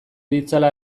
ditzala